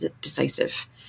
decisive